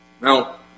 Now